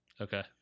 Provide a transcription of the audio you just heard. Okay